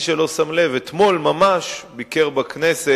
מי שלא שם לב, אתמול ממש ביקר בכנסת